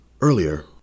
Earlier